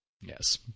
Yes